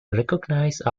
recognized